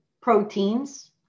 proteins